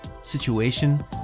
situation